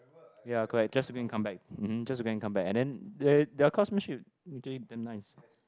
ya correct just to go and come back um hmm just to go and come back and then they their craftsmanship actually damn nice